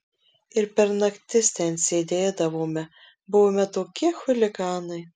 ir per naktis ten sėdėdavome buvome tokie chuliganai